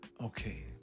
Okay